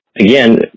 again